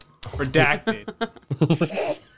redacted